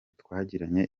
twagiranye